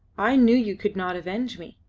i knew you could not avenge me.